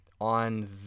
on